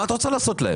מה את רוצה לעשות להם?